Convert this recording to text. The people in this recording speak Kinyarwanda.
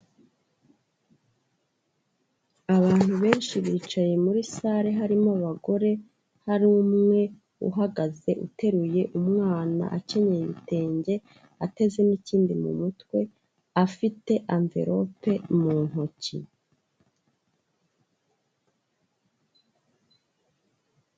Abantu benshi bicaye muri sale harimo abagore, hari umwe uhagaze uteruye umwana akinyeye ibitenge, ateze n'ikindi mu mutwe, afite amvelope mu ntoki.